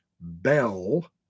bell